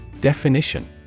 Definition